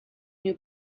new